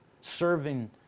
serving